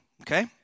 Okay